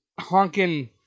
honking